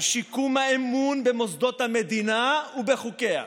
על שיקום האמון במוסדות המדינה ובחוקיה.